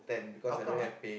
how come ah